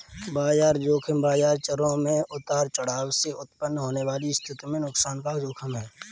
बाजार ज़ोखिम बाजार चरों में उतार चढ़ाव से उत्पन्न होने वाली स्थिति में नुकसान का जोखिम है